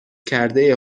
کرده